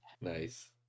Nice